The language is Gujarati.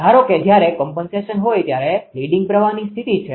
ધારો કે જયારે કોમ્પનસેશન હોય ત્યારે લીડીંગ પ્રવાહની સ્થિતિ છે